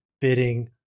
fitting